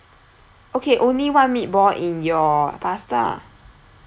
okay only one meatball in your pasta